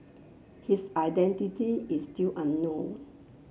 his identity is still unknown